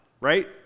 right